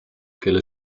kelle